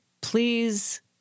Please